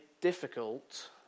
difficult